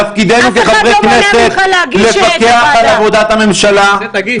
תפקידנו כחברי כנסת היא לפקח על עבודת הממשלה --- תגיש,